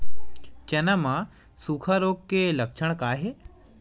चना म सुखा रोग के लक्षण का हे?